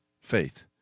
faith